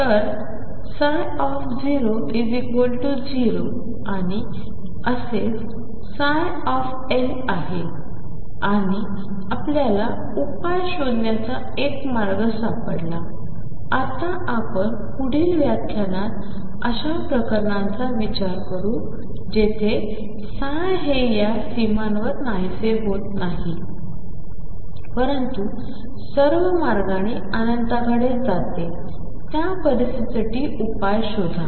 तर 00 आणि असेच ψ आहे आणिआपल्याला उपाय शोधण्याचा एक मार्ग सापडला आता आपण पुढील व्याख्यानात अशा प्रकरणांचा विचार करू जिथे हे या सीमांवर नाहीसे होत नाही परंतु सर्व मार्गांनी अनंताकडे जाते त्या परिस्थितीसाठी उपाय शोधा